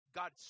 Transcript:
God